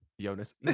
jonas